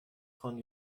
von